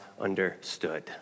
understood